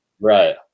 Right